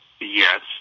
Yes